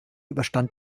überstand